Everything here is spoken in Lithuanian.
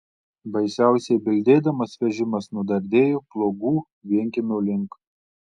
baisiausiai bildėdamas vežimas nudardėjo pluogų vienkiemio link